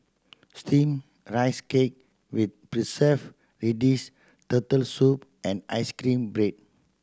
Steamed Rice Cake with preserve radish Turtle Soup and ice cream bread